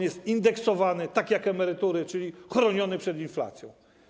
Jest on indeksowany tak jak emerytury, czyli jest chroniony przed inflacją.